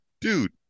dude